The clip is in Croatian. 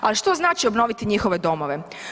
A što znači obnoviti njihove domove?